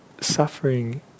Suffering